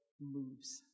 moves